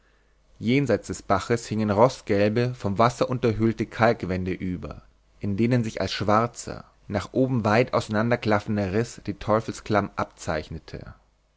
jenseits des baches hingen rostgelbe vom wasser unterhöhlte kalkwände über in denen sich als schwarzer nach oben weit auseinanderklaffender riß die teufelsklamm abzeichnete